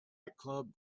nightclub